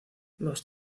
los